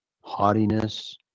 haughtiness